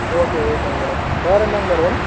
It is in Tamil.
ஓகே ஓகேங்க மேடம் வேறு என்னங்க மேடம் வேணும்